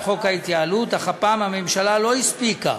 חוק ההתייעלות, אך הפעם הממשלה לא הספיקה